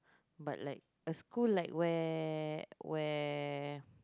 but like a school like where where